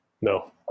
No